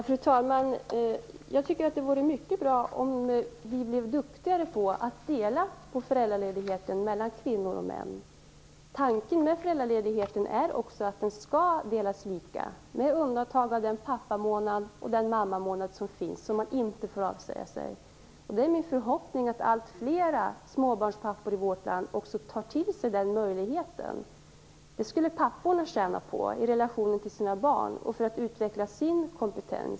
Fru talman! Jag tycker att det vore mycket bra om vi blev duktigare på att dela på föräldraledigheten mellan kvinnor och män. Tanken med föräldraledigheten är ju att den skall delas lika, med undantag av den pappamånad och den mammamånad som finns och som man inte får avsäga sig. Det är min förhoppning att alltfler småbarnspappor i vårt land också tar till sig den möjligheten. Det skulle papporna tjäna på i relationen till sina barn och för att utveckla sin kompetens.